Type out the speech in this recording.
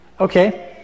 Okay